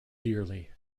dearly